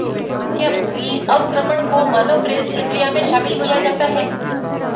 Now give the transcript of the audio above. क्या भूमि अवक्रमण को मानव प्रेरित प्रक्रिया में शामिल किया जाता है?